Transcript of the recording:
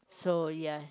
so ya